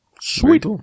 Sweet